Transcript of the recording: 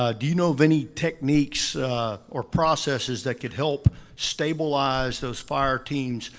ah do you know of any techniques or processes that could help stabilize those fire teams,